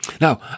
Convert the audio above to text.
Now